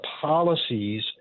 policies